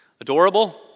adorable